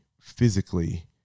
physically